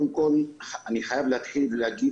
אני חייב להתחיל ולהגיד